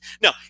no